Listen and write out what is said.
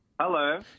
Hello